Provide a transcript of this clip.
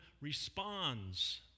responds